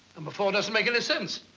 number four doesn't make any sense.